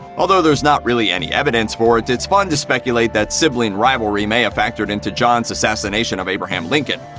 although there's not really any evidence for it, it's fun to speculate that sibling rivalry may have ah factored into john's assassination of abraham lincoln.